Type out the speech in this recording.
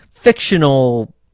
fictional